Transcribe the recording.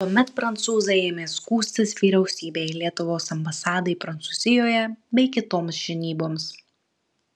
tuomet prancūzai ėmė skųstis vyriausybei lietuvos ambasadai prancūzijoje bei kitoms žinyboms